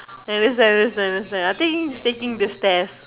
ya that's right that's right that's right I think taking the stairs